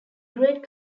great